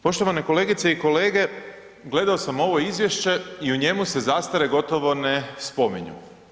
Poštovane kolegice i kolege, gledao sam ovo izvješće i u njemu se zastare gotovo ne spominju.